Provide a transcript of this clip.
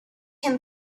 him